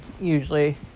usually